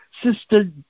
Sister